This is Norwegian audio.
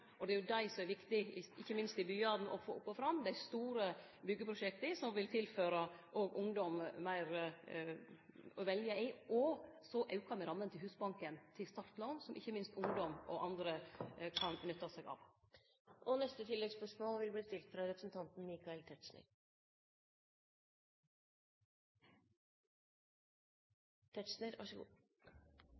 Det er jo det som er viktig, ikkje minst i byane, å få dei opp og fram, dei store byggjeprosjekta som vil tilføre ungdommen meir å velje i. Me aukar òg rammene i Husbanken til startlån, noko som ikkje minst ungdom og andre kan nytte seg av.